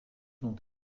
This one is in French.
ont